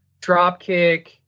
Dropkick